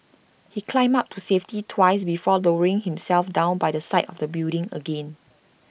he climbed up to safety twice before lowering himself down by the side of the building again